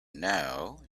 know